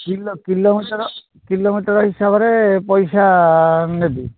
kilometre kilometre ହିସାବରେ ପଇସା ନେବି